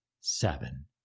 seven